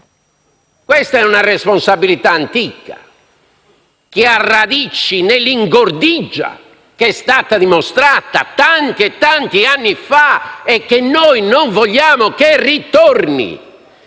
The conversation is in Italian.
Questa è una responsabilità antica, che ha radici nell'ingordigia dimostrata tanti e tanti anni fa e che noi non vogliamo ritorni.